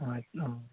अ